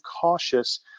cautious